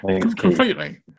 Completely